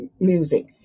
music